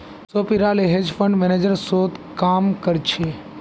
सोपीराल hedge fund manager तोत काम कर छ